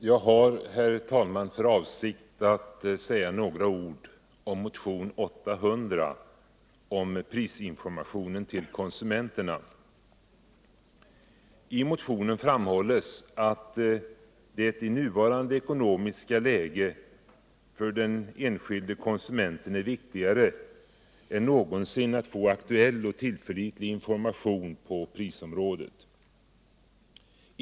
Herr talman! Jag har för avsikt att säga några ord om motionen 800 rörande prisinformationen till konsumenterna. I motionen framhålls att det i nuvarande ekonomiska läge för den enskilde konsumenten är viktigare än någonsin att få aktuell och tillförlitlig information på prisområdet.